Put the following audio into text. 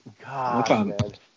God